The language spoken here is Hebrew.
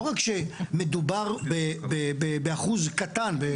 לא רק שמדובר באחוז קטן,